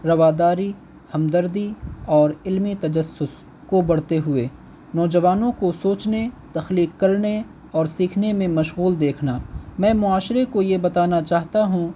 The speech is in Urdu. رواداری ہمدردی اور علمی تجسس کو بڑھتے ہوئے نوجوانوں کو سوچنے تخلیق کرنے اور سیکھنے میں مشغول دیکھنا میں معاشرے کو یہ بتانا چاہتا ہوں